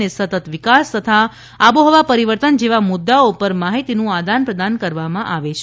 અને સતત વિકાસ તથા આબોહવા પરિવર્તન જેવા મુદ્દાઓ ઉપર માહિતીનું આદાન પ્રદાન કરવામાં આવે છે